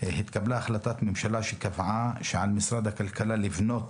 התקבלה החלטת ממשלה, שקבעה שעל משרד הכלכלה לבנות